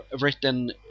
written